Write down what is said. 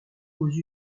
aux